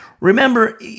remember